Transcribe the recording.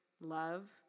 love